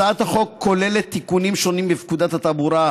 הצעת החוק כוללת תיקונים שונים בפקודת התעבורה: